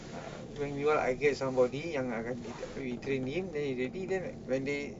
twenty one I get somebody younger free training day they didn't like when they his you video premier to ski you err if you don't want to be